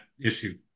issue